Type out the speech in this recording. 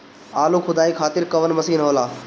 आलू खुदाई खातिर कवन मशीन होला?